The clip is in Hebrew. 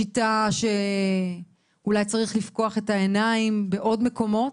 שיטה שאולי צריך לפקוח את העיניים בעוד מקומות,